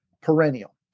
perennial